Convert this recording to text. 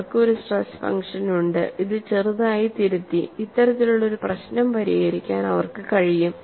അവർക്ക് ഒരു stress function ഉണ്ട് ഇത് ചെറുതായി തിരുത്തി ഇത്തരത്തിലുള്ള ഒരു പ്രശ്നം പരിഹരിക്കാൻ അവർക്ക് കഴിയും